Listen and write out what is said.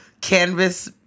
canvas